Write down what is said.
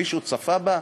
מישהו צפה בה?